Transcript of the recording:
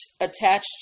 attached